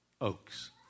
oaks